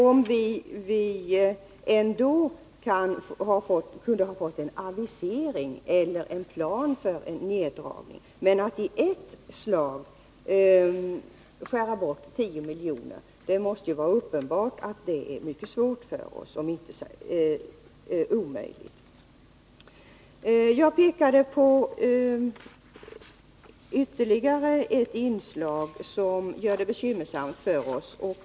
Om vi ändå hade kunnat få någon anvisning eller plan för en neddragning, hade det varit en annan sak, men det är uppenbart att det blir mycket svårt — om inte omöjligt — för oss, ifall 10 milj.kr. i ett slag skärs bort. Jag pekade på ytterligare ett inslag som gör det bekymmersamt för oss.